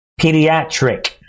pediatric